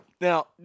Now